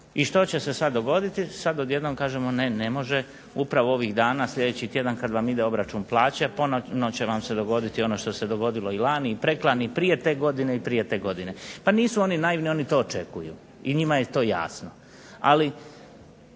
I što će se sad dogoditi, sad odjednom kažemo ne, ne može, upravo ovih dana, sljedeći tjedan kad vam ide obračun plaće ponovno će vam se dogoditi ono što se dogodilo i lani i preklani i prije te godine i prije te godine. Pa nisu oni naivni oni to očekuju i njima je to jasno. Ali